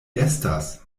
estas